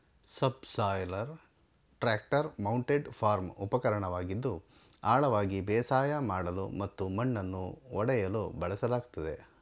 subsoiler tractor mounted farm ಉಪಕರಣವಾಗಿದ್ದು ಆಳವಾಗಿ ಬೇಸಾಯ ಮಾಡಲು ಮತ್ತು ಮಣ್ಣನ್ನು ಒಡೆಯಲು ಬಳಸಲಾಗ್ತದೆ